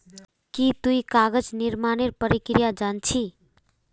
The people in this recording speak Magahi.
की तुई कागज निर्मानेर प्रक्रिया जान छि